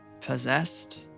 possessed